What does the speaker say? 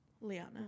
liana